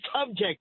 subject